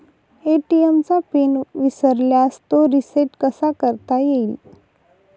ATM चा PIN विसरल्यास तो रिसेट कसा करता येईल?